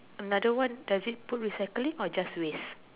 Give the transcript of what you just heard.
another one does it put recycling or just waste